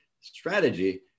strategy